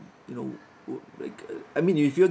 you know like uh I mean if you're